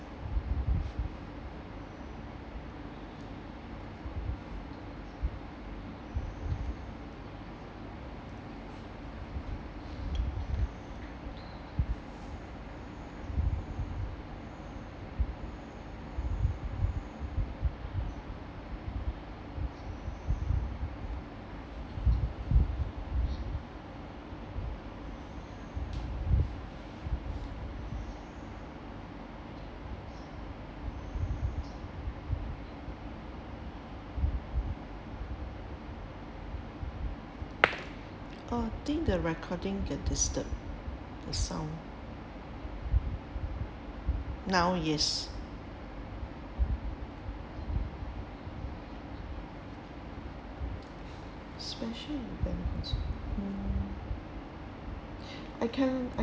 oh think the recording get disturbed the sound now yes special event also mm I can I